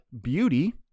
beauty